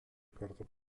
karto